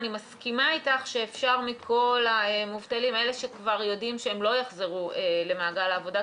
אני מסכימה איתך שיש מובטלים שכבר לא יחזרו למעגל העבודה.